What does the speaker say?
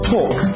Talk